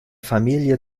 familie